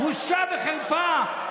בושה וחרפה.